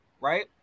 right